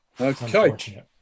okay